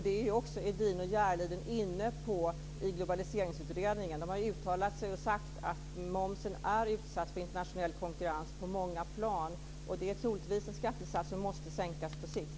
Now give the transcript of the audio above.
Det är också Edin och Järliden inne på i globaliseringsutredningen. De har uttalat sig och sagt att momsen är utsatt för internationell konkurrens på många plan och att den är en skattesats som troligtvis måste sänkas på sikt.